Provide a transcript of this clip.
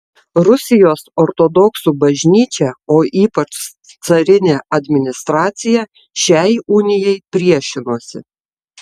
rusijos ortodoksų bažnyčia o ypač carinė administracija šiai unijai priešinosi